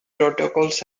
protocols